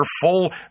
full